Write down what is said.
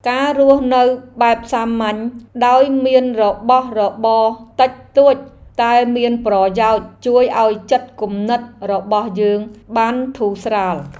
ការរស់នៅបែបសាមញ្ញដោយមានរបស់របរតិចតួចតែមានប្រយោជន៍ជួយឱ្យចិត្តគំនិតរបស់យើងបានធូរស្រាល។